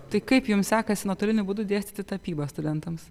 tai kaip jums sekasi nuotoliniu būdu dėstyti tapybą studentams